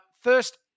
first